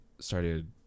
started